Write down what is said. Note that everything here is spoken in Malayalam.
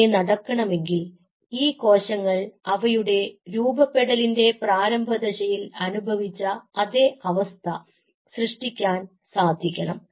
അങ്ങിനെ നടക്കണമെങ്കിൽ ഈ കോശങ്ങൾ അവയുടെ രൂപപ്പെടലിന്റെ പ്രാരംഭദശയിൽ അനുഭവിച്ച അതെ അവസ്ഥ സൃഷ്ടിക്കാൻ സാധിക്കണം